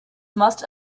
must